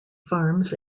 farms